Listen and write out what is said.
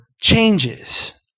changes